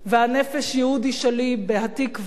וה"נפש יהודי" שלי ב"התקווה"